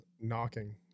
Knocking